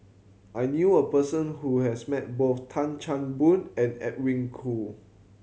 I knew a person who has met both Tan Chan Boon and Edwin Koo